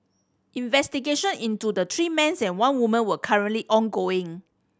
investigation into the three men's and one woman were currently ongoing